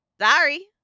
Sorry